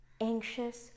anxious